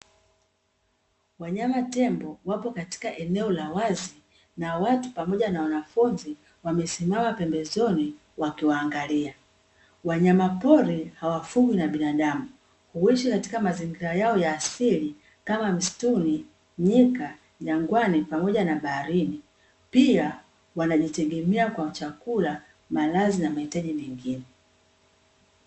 Wanyama tembo wapo katika eneo la wazi na watu pamoja na wanafunzi wamesimama pembezoni wakiwaangalia, wanyamapori hawafugwi na binadamu huishi katika mazingira yao ya asili kama: misituni, nyika pamoja na baharini pia wanajitegemea kwa chakula ,malazi na mahitaji mengine.